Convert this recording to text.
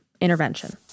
intervention